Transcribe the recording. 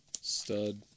Stud